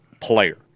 player